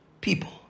people